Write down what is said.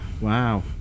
Wow